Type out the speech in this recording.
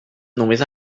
només